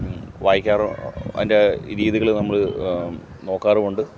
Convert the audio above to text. വായിക്കാറും അയിൻ്റെ രീതികൾ നമ്മൾ നോക്കാറുമുണ്ട്